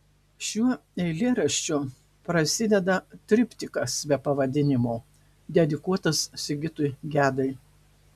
šiuo eilėraščiu prasideda triptikas be pavadinimo dedikuotas sigitui gedai